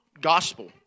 Gospel